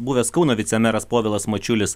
buvęs kauno vicemeras povilas mačiulis